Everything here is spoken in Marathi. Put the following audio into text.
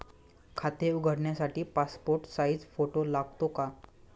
खाते उघडण्यासाठी पासपोर्ट साइज फोटो लागतो का?